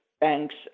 banks